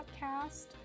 podcast